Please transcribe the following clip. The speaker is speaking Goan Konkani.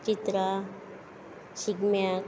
चित्रां शिगम्याक